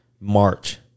March